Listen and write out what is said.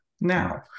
now